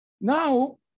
Now